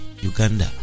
Uganda